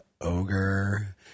ogre